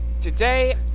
Today